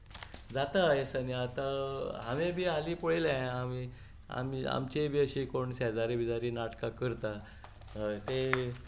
जाता ह्या दिसांनी हांवें बी हालीं पळयलां आमचेय बी अशे कोण शेजारी बिजारी नाटकां करता ते